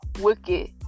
wicked